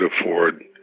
afford